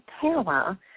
power